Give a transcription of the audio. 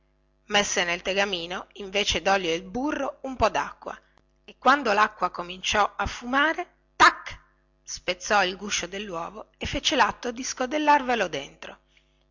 messe nel tegamino invece dolio o di burro un po dacqua e quando lacqua principiò a fumare tac spezzò il guscio delluovo e fece latto di scodellarvelo dentro